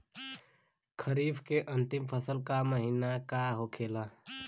खरीफ के अंतिम फसल का महीना का होखेला?